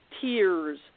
tears